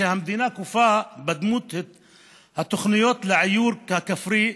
שהמדינה כופה בדמות התוכניות לעיור כפרי,